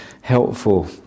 helpful